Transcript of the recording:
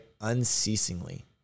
unceasingly